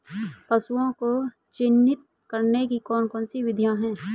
पशुओं को चिन्हित करने की कौन कौन सी विधियां हैं?